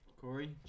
Corey